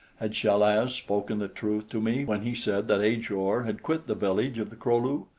had chal-az spoken the truth to me when he said that ajor had quit the village of the kro-lu?